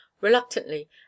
reluctantly